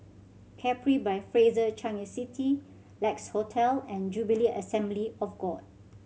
Capri by Fraser Changi City Lex Hotel and Jubilee Assembly of God